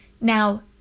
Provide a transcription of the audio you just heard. Now